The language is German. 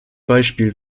beispiel